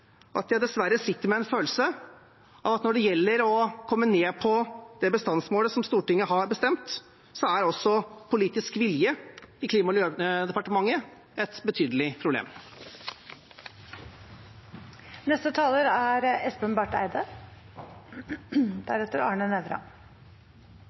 at jeg dessverre sitter med en følelse av at når det gjelder å komme ned på det bestandsmålet som Stortinget har bestemt, er også politisk vilje i Klima- og miljødepartementet et betydelig problem. Jeg vil vise til de